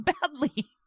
badly